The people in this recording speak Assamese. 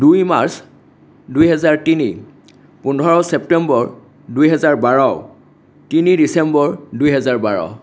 দুই মাৰ্চ দুই হেজাৰ তিনি পোন্ধৰ ছেপ্তেম্বৰ দুই হেজাৰ বাৰ তিনি ডিচেম্বৰ দুই হেজাৰ বাৰ